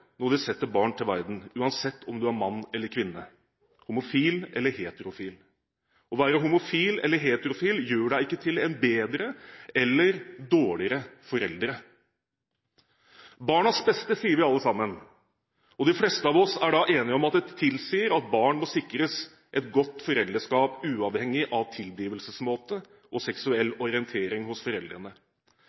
når man setter barn til verden – uansett om man er mann eller kvinne, homofil eller heterofil. Å være homofil eller heterofil gjør en ikke til en bedre eller en dårligere forelder. «Barnas beste» sier vi alle. De fleste av oss er enige om at det tilsier at barn må sikres et godt foreldreskap, uavhengig av tilblivelsesmåte og seksuell orientering hos foreldrene.